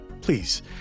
Please